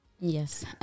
Yes